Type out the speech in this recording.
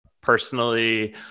personally